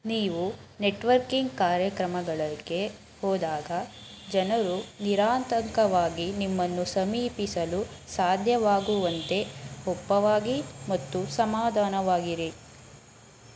ನೀವು ನೆಟ್ವರ್ಕಿಂಗ್ ಕಾರ್ಯಕ್ರಮಗಳಿಗೆ ಹೋದಾಗ ಜನರು ನಿರಾತಂಕವಾಗಿ ನಿಮ್ಮನ್ನು ಸಮೀಪಿಸಲು ಸಾಧ್ಯವಾಗುವಂತೆ ಒಪ್ಪವಾಗಿ ಮತ್ತು ಸಮಾಧಾನವಾಗಿರಿ